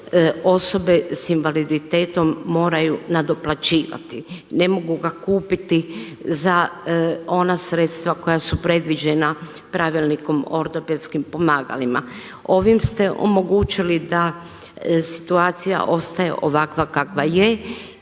osobe sa invaliditetom moraju nadoplaćivati, ne mogu ga kupiti za ona sredstva koja su predviđena Pravilnikom o ortopedskim pomagalima. Ovim ste omogućili da situacija ostaje ovakva kakva je